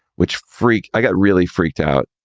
which freak. i got really freaked out,